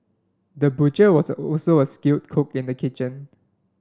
the butcher was also a skilled cook in the kitchen